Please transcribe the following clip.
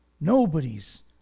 Nobody's